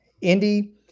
Indy